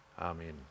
amen